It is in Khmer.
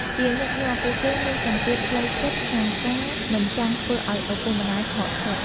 ជាញឹកញាប់ ពួកគេមានសម្ពាធផ្លូវចិត្តក្នុងការមិនចង់ធ្វើឲ្យឪពុកម្តាយខកចិត្ត។